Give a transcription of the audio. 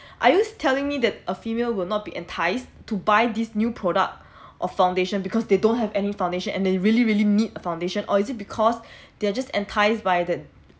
are you telling me that a female will not be enticed to buy this new product or foundation because they don't have any foundation and they really really need a foundation or is it because they are just entice by the